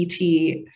ET